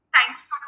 Thanks